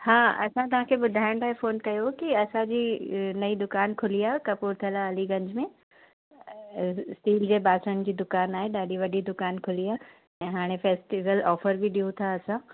हा असां तव्हांखे ॿुधाइण लाइ फ़ोन कयो की असांजी नईं दुकानु खुली आहे त कपूरथला अलीगंज में स्टील जे बासणनि जी दुकानु आहे ॾाढी वॾी दुकानु खोली आहे ऐं हाणे फ़ेस्टिवल ऑफ़र बि ॾियूं था असां